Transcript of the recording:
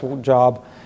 job